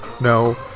no